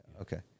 Okay